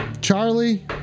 Charlie